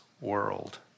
world